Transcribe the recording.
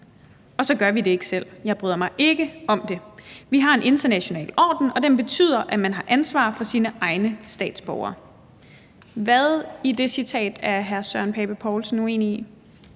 Og så gør vi det ikke selv. Jeg bryder mig ikke om det. Vi har en international orden, og den betyder, at man har ansvar for sine egne statsborgere.« Hvad i det citat er hr. Søren Pape Poulsen uenig i?